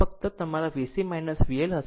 તે ફક્ત તમારા VC VL હશે